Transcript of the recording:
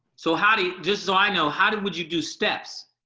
so hadi, just so i know how did would you do steps?